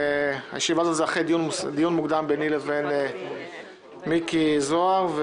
הישיבה הזאת היא אחרי דיון מוקדם ביני לבין מיקי זוהר.